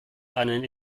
einen